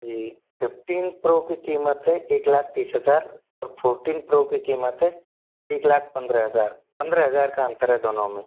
जी fifteen pro की कीमत है एक लाख तीस हज़ार और फ़ोर्टिन प्रो की कीमत है एक लाख पंद्रेह हज़ार पंद्रेह हज़ार का अंतर है दोनों में